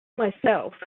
myself